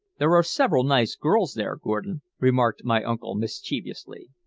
there are several nice girls there, gordon, remarked my uncle mischievously.